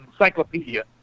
Encyclopedia